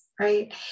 right